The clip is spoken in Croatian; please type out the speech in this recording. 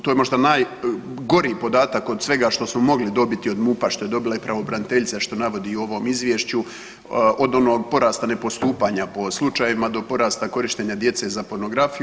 To je možda najgori podatak od svega što smo mogli dobiti od MUP-a što je dobila i pravobraniteljica što navodi i u ovom Izvješću od onog porasta nepostupanja po slučajevima do porasta korištenja djece za pornografiju.